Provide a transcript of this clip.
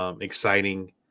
exciting